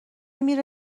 میره